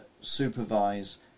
supervise